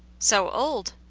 so old!